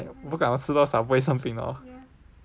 不管我吃多少不会生病的 hor